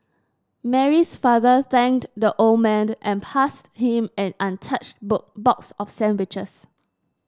Mary's father thanked the old man and passed him an untouched box of sandwiches